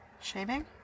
Shaving